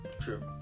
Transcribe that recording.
True